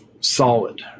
solid